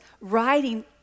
writing